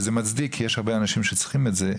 וזה מצדיק כי יש הרבה אנשים שצריכים את זה,